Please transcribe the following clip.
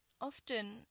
often